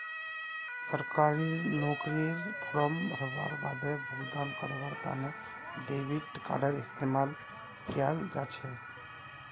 सरकारी नौकरीर फॉर्म भरवार बादे भुगतान करवार तने डेबिट कार्डडेर इस्तेमाल कियाल जा छ